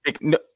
No